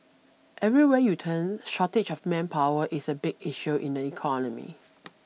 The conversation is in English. everywhere you turn shortage of manpower is a big issue in the economy